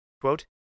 Quote